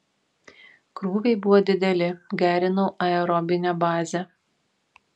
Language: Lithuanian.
krūviai buvo dideli gerinau aerobinę bazę